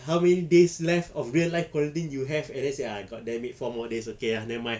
how many days left of real life quarantine you have sia god damn it four more days okay ah nevermind